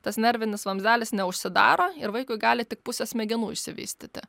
tas nervinis vamzdelis neužsidaro ir vaikui gali tik pusė smegenų išsivystyti